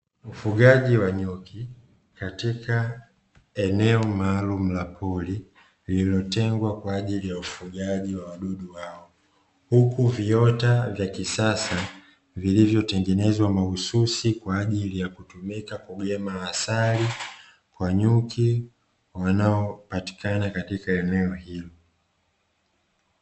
Ufugaji wa nyuki katika eneo maalumu la kuli, lililotengwa kwa ajili ya ufugaji wa wadudu hao. Huku viota vya kisasa vilivyotengenezwa mahususi, kwa ajili ya kutumika kugema asali kwa nyuki wanaopatikana katika eneo hilo.